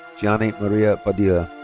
giana maria padilla.